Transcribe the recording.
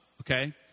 Okay